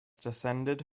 descended